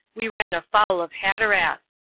we ran afoul of hatteras.